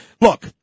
Look